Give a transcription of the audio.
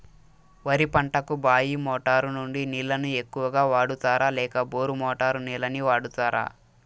వరి పంటకు బాయి మోటారు నుండి నీళ్ళని ఎక్కువగా వాడుతారా లేక బోరు మోటారు నీళ్ళని వాడుతారా?